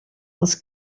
els